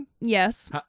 Yes